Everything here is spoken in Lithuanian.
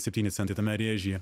septyni centai tame rėžyje